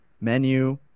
menu